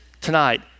tonight